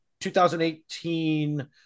2018